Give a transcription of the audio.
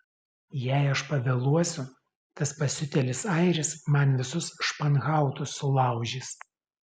jei aš pavėluosiu tas pasiutėlis airis man visus španhautus sulaužys